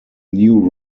new